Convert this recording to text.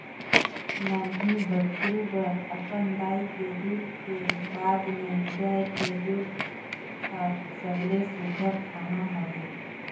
नान्हीं बछरु बर अपन दाई के दूद के बाद में गाय के दूद हर सबले सुग्घर खाना हवे